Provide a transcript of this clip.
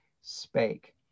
spake